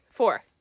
Four